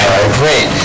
Great